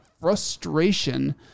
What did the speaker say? frustration